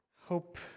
Hope